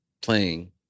playing